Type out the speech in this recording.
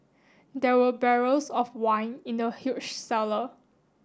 there were barrels of wine in the huge cellar